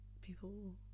people